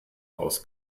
aus